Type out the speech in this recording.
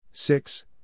Six